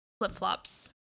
flip-flops